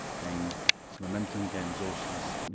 gain some momentum, gain resources,